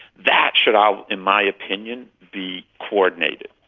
that should all, in my opinion, be coordinated,